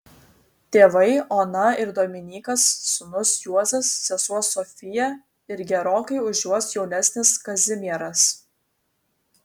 tėvai ona ir dominykas sūnus juozas sesuo sofija ir gerokai už juos jaunesnis kazimieras